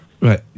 Right